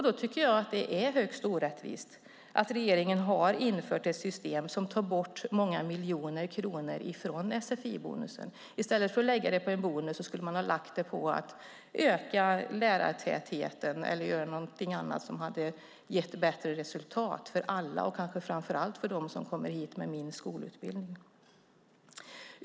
Då tycker jag att det är högst orättvist att regeringen infört ett system som tar bort många miljoner kronor från sfi-bonusen. I stället för att lägga dem på en bonus skulle man ha lagt dem på att öka lärartätheten eller på någonting annat som hade gett bättre resultat för alla, kanske framför allt för dem som kommer hit med minst skolutbildning.